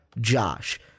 Josh